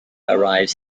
arrives